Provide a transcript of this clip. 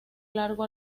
largo